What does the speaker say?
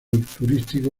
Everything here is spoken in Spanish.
turístico